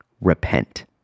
repent